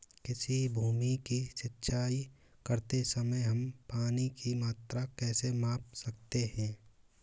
किसी भूमि की सिंचाई करते समय हम पानी की मात्रा कैसे माप सकते हैं?